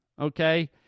okay